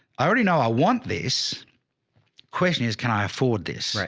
i already know, i want this question is can i afford this? right?